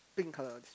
pink colour